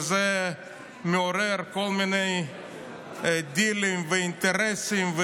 וזה מעורר כל מיני דילים ואינטרסים,